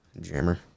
Jammer